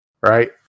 right